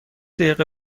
دقیقه